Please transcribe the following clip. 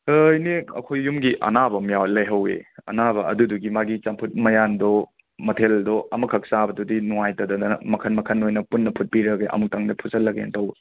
ꯏꯅꯦ ꯑꯩꯈꯣꯏ ꯌꯨꯝꯒꯤ ꯑꯅꯥꯕ ꯌꯥꯎ ꯂꯩꯍꯧꯋꯦ ꯑꯅꯥꯕ ꯑꯗꯨꯗꯨꯒꯤ ꯃꯥꯒꯤ ꯆꯝꯐꯨꯠ ꯃꯌꯥꯟꯗꯣ ꯃꯊꯦꯜꯗꯣ ꯑꯃꯈꯛ ꯆꯥꯕꯗꯨꯗꯤ ꯅꯨꯡꯉꯥꯏꯇꯗꯅ ꯃꯈꯟ ꯃꯈꯟ ꯑꯣꯏꯅ ꯄꯨꯟꯅ ꯐꯨꯠꯄꯤꯔꯒꯦ ꯑꯃꯨꯛꯇꯪꯗ ꯐꯨꯠꯆꯜꯂꯒꯦꯅ ꯇꯧꯕ